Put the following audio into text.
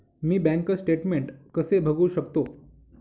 मी bank statement कसे बघू शकतो?